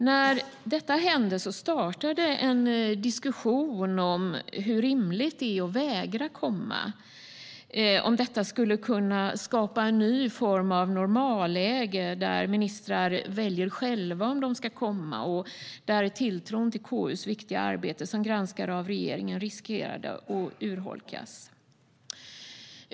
När detta hände startade en diskussion om hur rimligt det är att vägra komma och om detta skulle kunna skapa en ny form av normalläge där ministrar själva väljer om de ska komma och där tilltron till KU:s viktiga arbete som granskare av regeringen riskerade att urholkas.